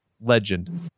legend